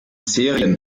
serien